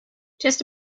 just